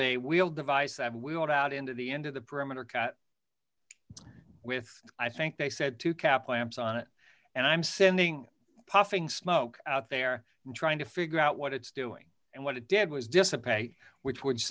wheel device that we want out into the end of the perimeter cut with i think they said to cap lamps on it and i'm sending puffing smoke out there and trying to figure out what it's doing and what it did was dissipate which would